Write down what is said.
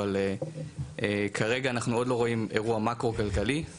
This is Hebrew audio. אבל כרגע אנחנו עוד לא רואים אירוע מקרו כלכלי,